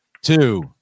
two